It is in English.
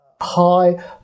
high